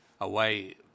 away